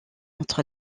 entre